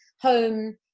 home